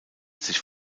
sich